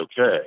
okay